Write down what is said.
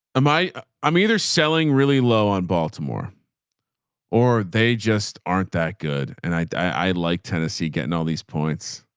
am i i'm either selling really low on baltimore or they just aren't that good. and i, i, i liked tennessee getting all these points.